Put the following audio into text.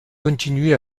continuer